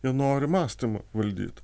jie nori mąstymą valdyt